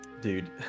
Dude